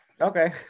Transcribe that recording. okay